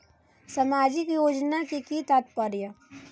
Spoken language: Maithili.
सामाजिक योजना के कि तात्पर्य?